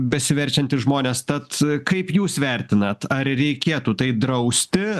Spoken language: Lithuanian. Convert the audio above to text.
besiverčiantys žmonės tad kaip jūs vertinat ar reikėtų tai drausti